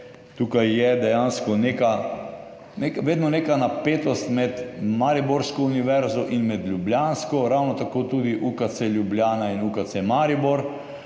Tukaj je dejansko vedno neka napetost med mariborsko univerzo in med ljubljansko, ravno tako tudi med UKC Ljubljana in UKC Maribor.